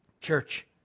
Church